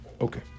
Okay